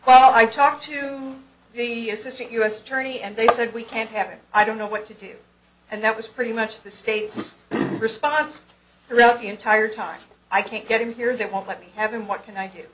oh i talked to the assistant u s attorney and they said we can't have it i don't know what to do and that was pretty much the state's response throughout the entire time i can't get in here that won't let me have him what can i do